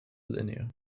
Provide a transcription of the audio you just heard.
linear